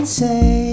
say